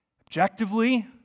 objectively